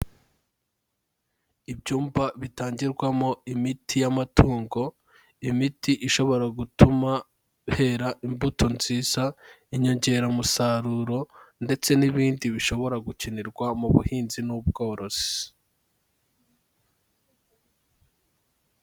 Ibyumba bitangirwamo imiti y'amatungo, imiti ishobora gutuma hera imbuto nziza, inyongeramusaruro ndetse n'ibindi bishobora gukenerwa mu buhinzi n'ubworozi.